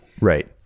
Right